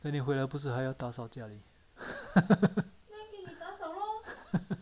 then 你回来不是还要打扫家里